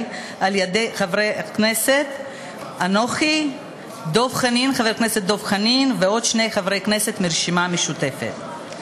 ועל-ידי חבר הכנסת דב חנין ועוד שני חברי כנסת מהרשימה המשותפת.